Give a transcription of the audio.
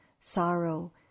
sorrow